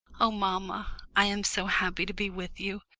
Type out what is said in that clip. oh, mamma, i am so happy to be with you.